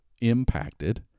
impacted